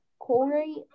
Corey